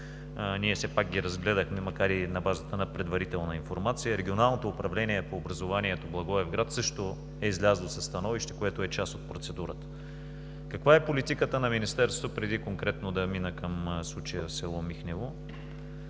ние все пак ги разгледахме, макар и на базата на предварителна информация. Регионалното управление по образованието – Благоевград, също е излязло със становище, което е част от процедурата. Каква е политиката на Министерството преди конкретно да мина към случая село Михнево?